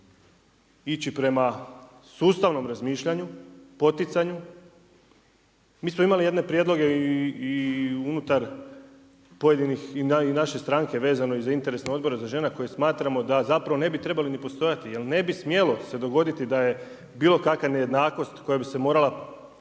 ići prema sustavnom razmišljanju, poticanju. Mi smo imali jedne prijedloge unutar pojedinih i naše stranke vezano za interesne odbore za žene koje smatramo da zapravo ne bi trebali ni postojati jel ne bi smjelo se dogoditi da je bilo kakva nejednakost koja bi se morala posebno